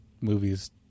movies